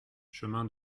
chemin